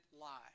lie